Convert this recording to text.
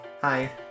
Hi